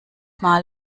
mal